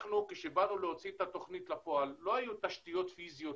אנחנו כשבאנו להוציא את התוכנית לפועל לא היו תשתיות פיזיות